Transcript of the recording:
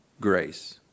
grace